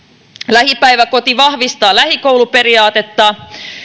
lähipäiväkoti vahvistaa lähikouluperiaatetta